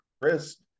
Chris